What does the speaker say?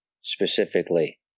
specifically